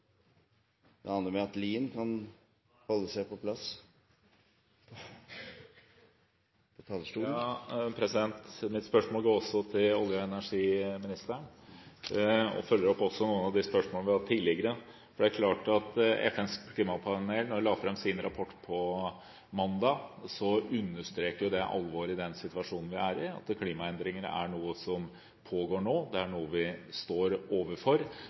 energiministeren, og det følger også opp noen av de spørsmålene vi har hatt tidligere. Rapporten som FNs klimapanel la fram på mandag, understreker alvoret i den situasjonen vi er i, at klimaendringene er noe som pågår nå, at det er noe vi står overfor